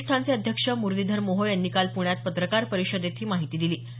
प्रतिष्ठानचे अध्यक्ष मुरलीधर मोहोळ यांनी काल पुण्यात पत्रकार परिषदेत ही माहिती दिली